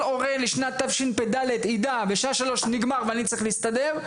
הורה לשנת תשפ"ד יידע בשעה 15:00 נגמר ואני צריך להסתדר.